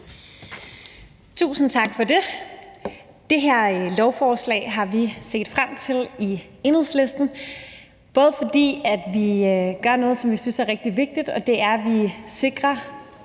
Tusind tak for det. Det her lovforslag har vi i Enhedslisten set frem til, fordi vi gør noget, som vi synes er rigtig vigtigt, og det er, at vi sikrer